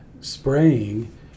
spraying